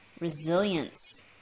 Resilience